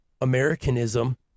Americanism